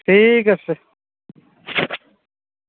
ঠিক আছে